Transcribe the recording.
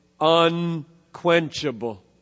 unquenchable